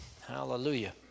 hallelujah